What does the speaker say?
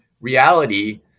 reality